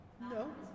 No